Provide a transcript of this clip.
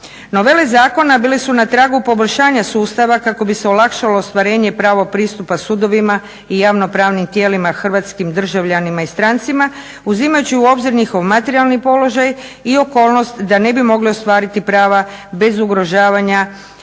Novele zakona bile su na tragu poboljšanja sustava kako bi se olakšalo ostvarenje i pravo pristupa sudovima i javnopravnim tijelima hrvatskim državljanima i strancima uzimajući u obzir njihov materijalni položaj i okolnost da ne bi mogli ostvariti prava bez ugrožavanja